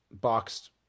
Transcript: boxed